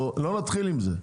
לא נתחיל עם זה,